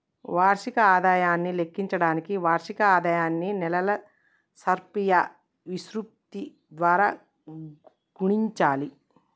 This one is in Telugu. వార్షిక ఆదాయాన్ని లెక్కించడానికి వార్షిక ఆదాయాన్ని నెలల సర్ఫియా విశృప్తి ద్వారా గుణించాలి